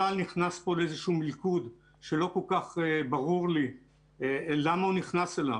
צה"ל נכנס פה לאיזשהו מלכוד שלא כל כך ברור לי למה הוא נכנס אליו.